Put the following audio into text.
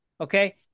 Okay